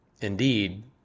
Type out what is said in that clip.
indeed